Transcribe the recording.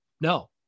no